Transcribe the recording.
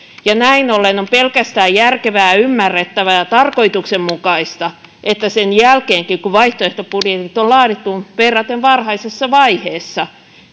näin ollen on pelkästään järkevää ymmärrettävää ja ja tarkoituksenmukaista että sen jälkeenkin kun vaihtoehtobudjetit on laadittu verraten varhaisessa vaiheessa